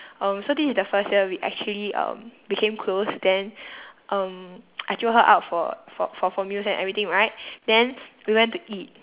um so this is the first year we actually um became close then um I jio her out for for for for music and everything right then we went to eat